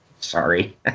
Sorry